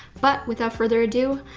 but without further ado,